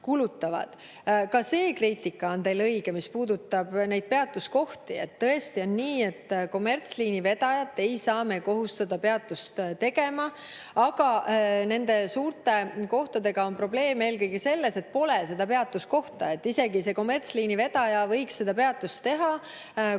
Ka see kriitika on teil õige, mis puudutab peatuskohti. Tõesti on nii, et kommertsliini vedajat ei saa me kohustada peatust tegema. Aga nende suurte kohtade puhul on probleem eelkõige selles, et pole seda peatuskohta. Isegi kommertsliini vedaja võiks seal peatuse teha, kui